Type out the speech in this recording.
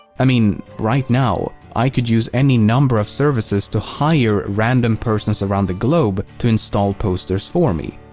i mean, right now, i could use any number of services to hire random persons around the globe to install posters for me.